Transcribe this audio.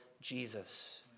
Jesus